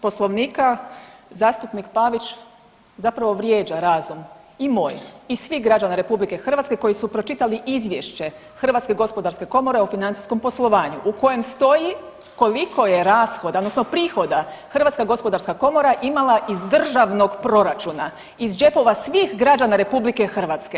Poslovnika, zastupnik Pavić zapravo vrijeđa razum i moj i svih građana RH koji su pročitali izvješće HGK o financijskom poslovanju u kojem stoji koliko je rashoda odnosno prihoda HGK imala iz državnog proračuna, iz džepova svih građana RH.